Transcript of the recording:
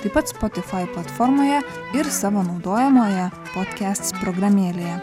taip pat spotifai platformoje ir savo naudojamoje podkests programėlė